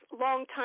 longtime